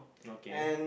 okay